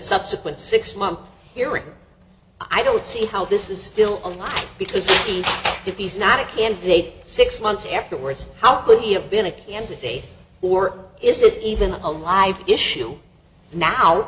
subsequent six month period i don't see how this is still on because if he's not a candidate six months afterwards how would he have been a candidate or is it even a live issue now